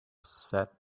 said